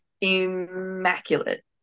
Immaculate